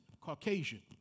Caucasian